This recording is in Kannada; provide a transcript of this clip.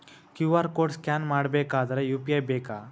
ಕ್ಯೂ.ಆರ್ ಕೋಡ್ ಸ್ಕ್ಯಾನ್ ಮಾಡಬೇಕಾದರೆ ಯು.ಪಿ.ಐ ಬೇಕಾ?